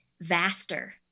vaster